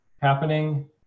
happening